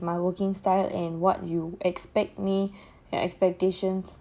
so what if my working style and what you expect me and expectations